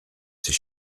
c’est